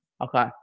Okay